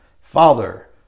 father